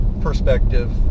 perspective